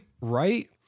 Right